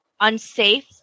unsafe